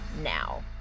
now